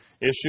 issue